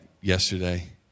yesterday